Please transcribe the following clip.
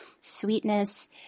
sweetness